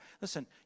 listen